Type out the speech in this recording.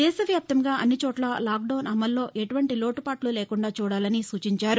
దేశవ్యాప్తంగా అన్ని చోట్లా లాక్డౌన్ అమలులో ఎటువంటి లోటుపాట్లు లేకుండా చూడాలని సూచించారు